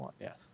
yes